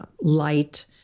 light